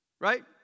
Right